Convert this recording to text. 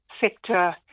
sector